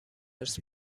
ارث